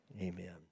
Amen